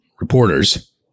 reporters